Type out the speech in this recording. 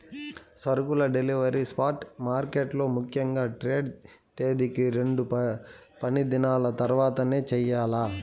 సరుకుల delivery spot మార్కెట్లలో ముఖ్యంగా ట్రేడ్ తేదీకి రెండు పనిదినాల తర్వాతనే చెయ్యాల్ల